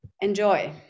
Enjoy